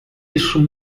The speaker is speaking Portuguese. isso